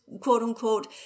quote-unquote